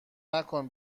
نکن